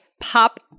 pop